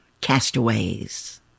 Castaways